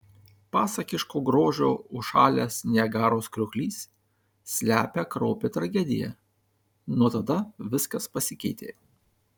pasakiško grožio užšalęs niagaros krioklys slepia kraupią tragediją nuo tada viskas pasikeitė